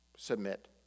Submit